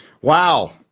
Wow